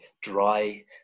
dry